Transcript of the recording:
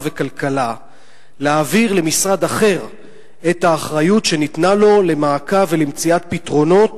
וכלכלה להעביר למשרד אחר את האחריות שניתנה לו למעקב ולמציאת פתרונות